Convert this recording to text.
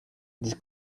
this